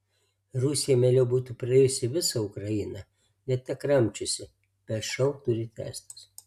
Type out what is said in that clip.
rusija mieliau būtų prarijusi visą ukrainą net nekramčiusi bet šou turi tęstis